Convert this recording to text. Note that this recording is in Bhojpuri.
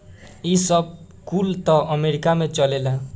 ई सब कुल त अमेरीका में चलेला